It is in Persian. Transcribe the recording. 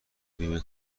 بیمه